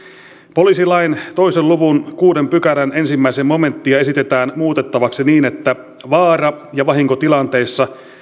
poliisilain kahden luvun kuudennen pykälän ensimmäinen momenttia esitetään muutettavaksi niin että vaara ja vahinkotilanteissa